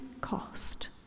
cost